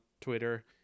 twitter